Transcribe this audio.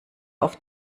auf